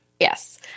Yes